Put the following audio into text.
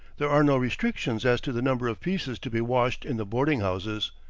there are no restrictions as to the number of pieces to be washed in the boarding-houses.